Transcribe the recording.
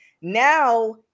Now